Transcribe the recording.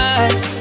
eyes